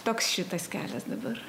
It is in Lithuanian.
toks šitas kelias dabar